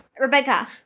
Rebecca